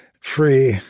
Free